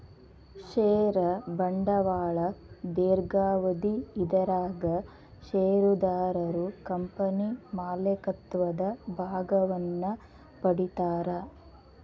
ಷೇರ ಬಂಡವಾಳ ದೇರ್ಘಾವಧಿ ಇದರಾಗ ಷೇರುದಾರರು ಕಂಪನಿ ಮಾಲೇಕತ್ವದ ಭಾಗವನ್ನ ಪಡಿತಾರಾ